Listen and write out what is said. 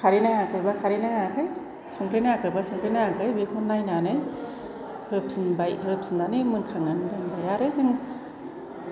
खारै नाङाखैब्ला खारै नांङाखै संख्रै नांङाखैब्ला संख्रै नांङाखै बेखौ नायनानै होफिनबाय होफिनानै मोनखांनानै दोनबाय आरो जों